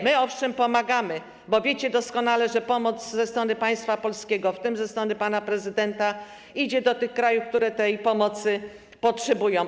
My owszem, pomagamy, bo wiecie doskonale, że pomoc ze strony państwa polskiego, w tym ze strony pana prezydenta, jest kierowana do tych krajów, które tej pomocy potrzebują.